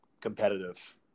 competitive